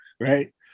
right